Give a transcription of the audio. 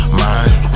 mind